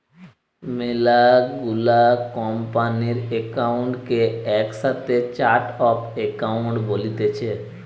মেলা গুলা কোম্পানির একাউন্ট কে একসাথে চার্ট অফ একাউন্ট বলতিছে